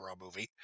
movie